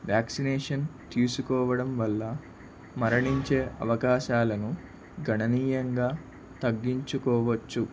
vaccination తీసుకోవడం వల్ల మరణించే అవకాశాలను గణనీయంగా తగ్గించుకోవచ్చు